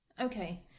Okay